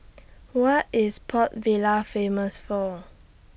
What IS Port Vila Famous For